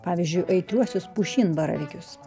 pavyzdžiui aitriuosius pušinbaravykius